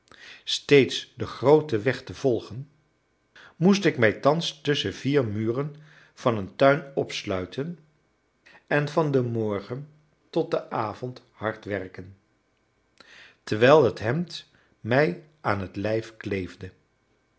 steeds den grooten weg te volgen moest ik mij thans tusschen vier muren van een tuin opsluiten en van den morgen tot den avond hard werken terwijl het hemd mij aan het lijf kleefde